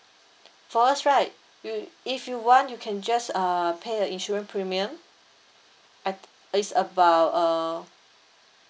for us right you if you want you can just uh pay the insurance premium I it's about uh